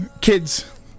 kids